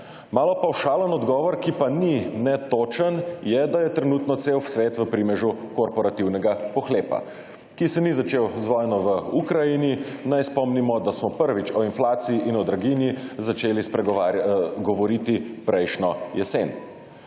Malo pavšalen odgovor, ki pa ni ne točen, je da je trenutno cel svet v primežu korporativnega pohlepa, ki se ni začel z vojno v Ukrajini. Naj spomnimo, da smo prvič o inflaciji in o draginji začeli govoriti prejšnjo jesen.